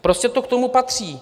Prostě to k tomu patří.